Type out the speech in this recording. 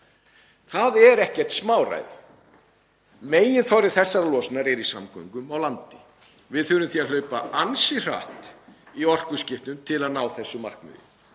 Það er ekkert smáræði. Meginþorri þessarar losunar er í samgöngum á landi. Við þurfum því að hlaupa ansi hratt í orkuskiptum til að ná þessu markmiði.